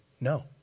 No